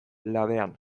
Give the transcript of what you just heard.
labean